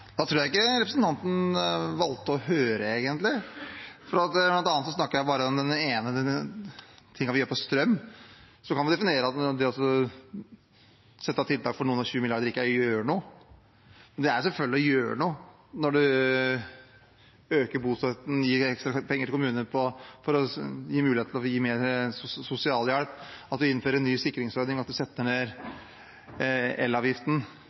Da tror jeg ikke representanten egentlig valgte å høre, for bl.a. snakket jeg bare om det ene vi gjør på strøm. Vi kan definere at det å sette av noen og 20 milliarder på tiltak ikke er å gjøre noe, men det er selvfølgelig å gjøre noe når man øker bostøtten, gir ekstra penger til kommunene for å gi dem mulighet til å gi mer sosialhjelp, innfører en ny sikringsordning, setter ned elavgiften, for å nevne noen av tiltakene som går på strøm. At